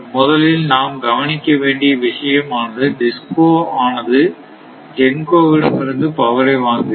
முதலில் நாம் கவனிக்க வேண்டிய விஷயம் ஆனது DISCO ஆனது GENCO விடம் இருந்து பவரை வாங்குகிறது